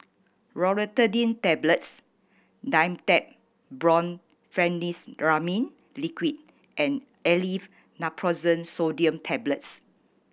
Loratadine Tablets Dimetapp Brompheniramine Liquid and Aleve Naproxen Sodium Tablets